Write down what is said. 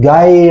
Gai